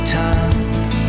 times